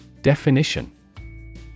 Definition